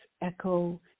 echo